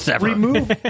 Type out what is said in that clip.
remove